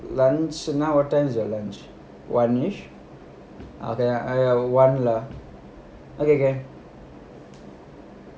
lunch what time is your lunch one okay ah ஐய:iya one lah okay okay